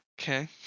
Okay